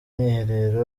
mwiherero